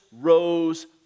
rose